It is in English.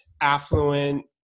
affluent